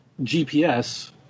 GPS